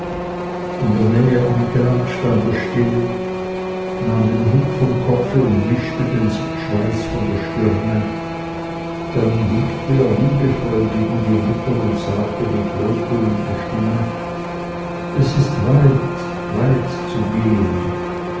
in der nähe angelangt stand er still nahm den hut vom kopfe und wischte den schweiß von der stirne dann winkte er liebevoll gegen die mutter und sagte mit wohltönender stimme es ist weit weit zu gehen